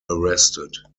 arrested